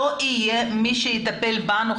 לא יהיה מי שיטפל בנו,